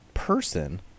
person